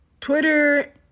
Twitter